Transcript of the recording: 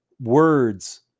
words